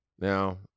Now